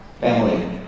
Family